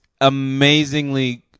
amazingly